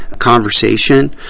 conversation